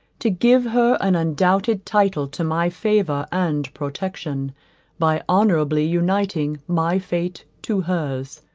to give her an undoubted title to my favour and protection by honourably uniting my fate to hers.